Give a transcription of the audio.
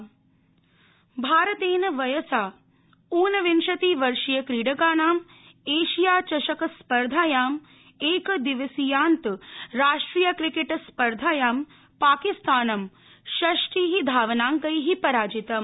cricket भारतेन वयसा ऊनविंशति वर्षीय क्रीडकाणां एशिया चषक स्पर्धायां एकदिवसीयान्त राष्ट्रियक्रिकेट स्पर्धायां पाकिस्तानं षष्टि धावनांकै पराजितम्